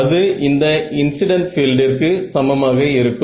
அது இந்த இன்ஸிடன்ட் பீல்டிற்கு சமமாக இருக்கும்